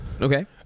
Okay